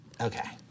Okay